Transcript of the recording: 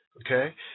Okay